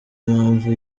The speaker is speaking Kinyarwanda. mpamvu